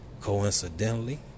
Coincidentally